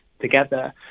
together